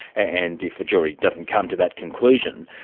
and if a jury doesn't come to that conclusion,